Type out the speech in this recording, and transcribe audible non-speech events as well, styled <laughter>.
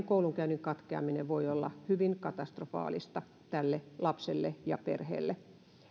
<unintelligible> koulunkäynnin katkeaminen voi olla hyvin katastrofaalista tälle lapselle ja perheelle